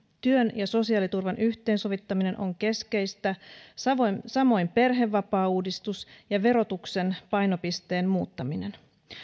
työn ja sosiaaliturvan yhteensovittaminen on keskeistä samoin samoin perhevapaauudistus ja verotuksen painopisteen muuttaminen